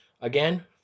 Again